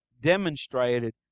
demonstrated